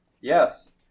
Yes